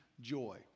joy